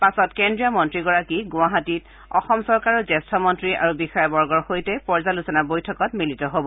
পাছত কেন্দ্ৰীয় মন্ত্ৰীগৰাকী গুৱাহাটীত অসম চৰকাৰৰ জ্যেষ্ঠ মন্ত্ৰী আৰু বিষয়াবৰ্গৰ সৈতে পৰ্যালোচনা বৈঠকত মিলিত হ'ব